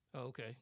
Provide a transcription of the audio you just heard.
Okay